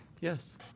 yes